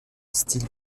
style